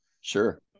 Sure